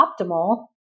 optimal